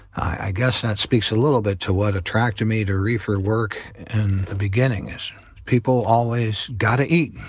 i guess that speaks a little bit to what attracted me to reefer work in the beginning is people always gotta eat.